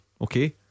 okay